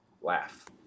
laugh